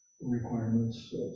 requirements